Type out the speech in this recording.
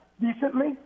decently